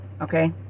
okay